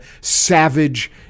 savage